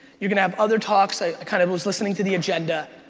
you're gonna have other talks, i kind of was listening to the agenda,